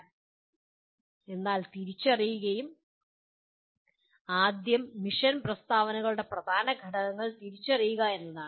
അതിനാൽ തിരിച്ചറിയുക ആദ്യം മിഷൻ പ്രസ്താവനകളുടെ പ്രധാന ഘടകങ്ങൾ തിരിച്ചറിയുക എന്നതാണ്